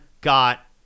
got